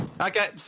Okay